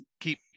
keep